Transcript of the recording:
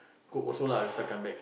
cook also lah later I come back